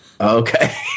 Okay